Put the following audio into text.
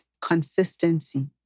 consistency